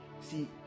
See